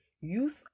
Youth